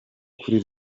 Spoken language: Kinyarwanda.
kuri